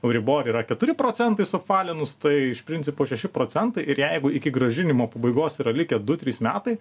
euribor yra keturi procentai suapvalinus tai iš principo šeši procentai ir jeigu iki grąžinimo pabaigos yra likę du trys metai